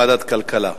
ועדת הכלכלה.